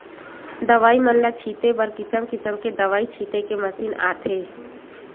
दवई मन ल छिते बर किसम किसम के दवई छिते के मसीन आथे